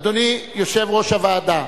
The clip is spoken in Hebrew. אדוני יושב-ראש הוועדה,